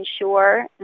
ensure